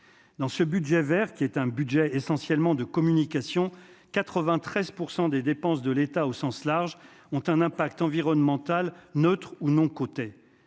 dans ce budget Vert qui est un budget essentiellement de communication 93 % des dépenses de l'État, au sens large, ont un impact environnemental neutre ou non côtés